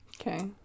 Okay